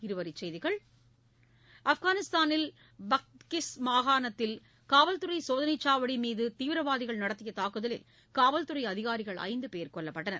இருவரிச்செய்கிகள் ஆப்கானிஸ்தானின் பத்கிஸ் மாகாணத்தில் காவல்துறை சோதனைச் சாவடி மீது தீவிரவாதிகள் நடத்திய தாக்குதலில் காவல்துறை அதிகாரிகள் ஐந்து பேர் கொல்லப்பட்டனர்